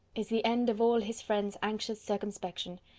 is the end of all his friend's anxious circumspection!